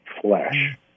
flesh